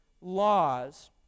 laws